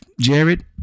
Jared